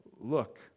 look